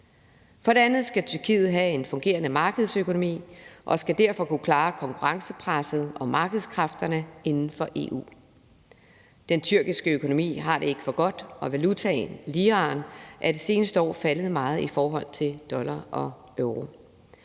For det andet skal Tyrkiet have en fungerende markedsøkonomi og skal derfor kunne klare konkurrencepresset og markedskræfterne inden for EU. Den tyrkiske økonomi har det ikke for godt, og valutaen, liraen, er det seneste år faldet meget i forhold til dollaren og euroen.